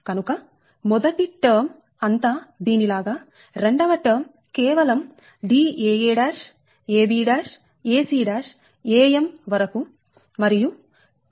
కనుక మొదటి టర్మ్ అంతా దీని లాగా రెండవ టర్మ్ కేవలం Daa ab ac am వరకు మరియు తిరుగు మార్గం కోసం మైనస్ గుర్తు